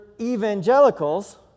evangelicals